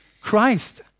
Christ